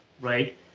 right